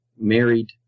married